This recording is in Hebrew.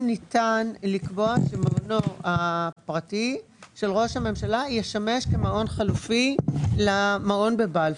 ניתן לקבוע שמעונו הפרטי של ראש הממשלה ישמש כמעון חלופי למעון בבלפור.